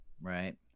right